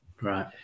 right